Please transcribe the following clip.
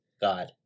God